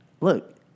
look